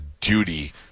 duty